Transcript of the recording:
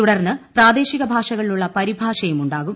തുടർന്ന് പ്രാദേശിക ഭാഷകളിലുള്ള പരിഭാഷയും ഉണ്ടാവും